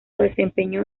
desempeñó